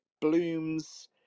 blooms